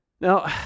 Now